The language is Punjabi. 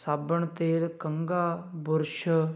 ਸਾਬਣ ਤੇਲ ਕੰਘਾ ਬੁਰਸ਼